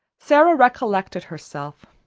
sara recollected herself.